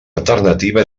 alternativa